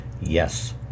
yes